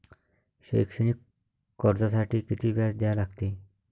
शैक्षणिक कर्जासाठी किती व्याज द्या लागते?